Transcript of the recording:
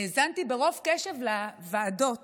האזנתי ברוב קשב לוועדות